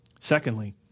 Secondly